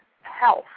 health